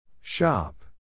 Shop